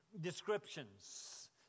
descriptions